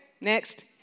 next